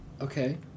Okay